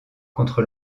contre